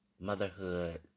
motherhood